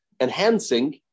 enhancing